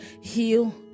Heal